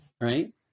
right